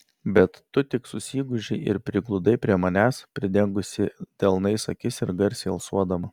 bet tu tik susigūžei ir prigludai prie manęs pridengusi delnais akis ir garsiai alsuodama